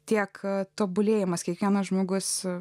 tiek tobulėjimas kiekvienas žmogus